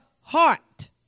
heart